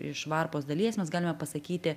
iš varpos dalies mes galime pasakyti